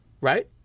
right